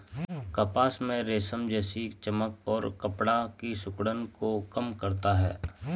कपास में रेशम जैसी चमक और कपड़ा की सिकुड़न को कम करता है